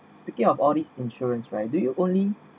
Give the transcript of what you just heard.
speaking of audit insurance right do you only